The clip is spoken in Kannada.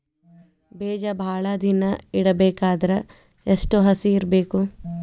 ಬೇಜ ಭಾಳ ದಿನ ಇಡಬೇಕಾದರ ಎಷ್ಟು ಹಸಿ ಇರಬೇಕು?